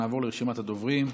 נעבור לרשימת הדוברים.